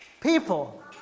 people